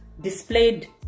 displayed